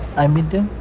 i meet them.